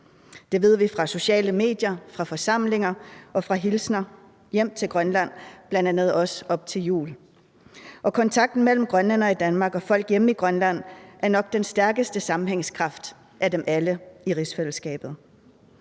Det ved vi fra sociale medier, fra forsamlinger og fra hilsner hjem til Grønland, bl.a. op til jul. Kontakten mellem grønlændere i Danmark og folk hjemme i Grønland udgør nok den stærkeste sammenhængskraft af dem alle i rigsfællesskabet.